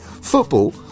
Football